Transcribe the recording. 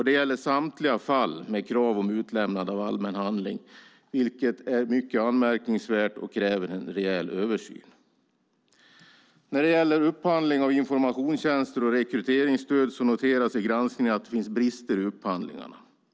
Det gäller samtliga fall med krav på utlämnande av allmän handling, vilket är mycket anmärkningsvärt och kräver en rejäl översyn. När det gäller upphandling av informationstjänster och rekryteringsstöd noteras det i granskningen att det finns brister i upphandlingarna.